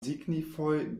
signifoj